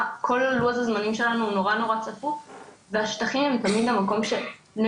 לוח הזמנים שלנו נורא נורא צפוף והשטחים זה תמיד המקום שבני